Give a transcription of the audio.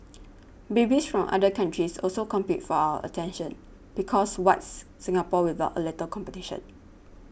babies from other countries also compete for our attention because what's Singapore without a little competition